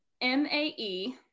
M-A-E